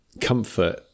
comfort